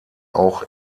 auch